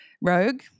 rogue